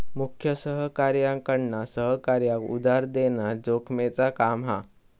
मुख्य सहकार्याकडना सहकार्याक उधार देना जोखमेचा काम हा